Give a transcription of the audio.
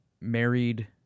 married